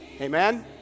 Amen